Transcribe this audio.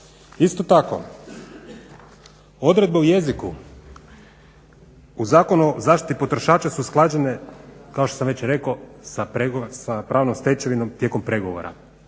Isto tako, odredbe o jeziku u Zakonu o zaštiti potrošača su usklađene kao što sam već rekao sa pravnom stečevinom tijekom pregovora.